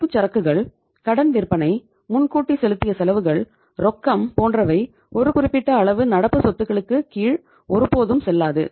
இருப்புச்சரக்குகள் கடன் விற்பனை முன்கூட்டி செலுத்திய செலவுகள் ரொக்கம் போன்றவை ஒரு குறிப்பிட்ட அளவு நடப்பு சொத்துக்களுக்கு கீழ் ஒருபோதும் செல்லாது